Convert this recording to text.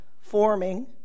forming